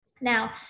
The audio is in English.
Now